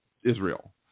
Israel